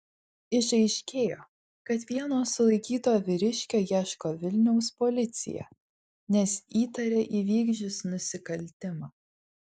išaiškėjo kad vieno sulaikyto vyriškio ieško vilniaus policija nes įtaria įvykdžius nusikaltimą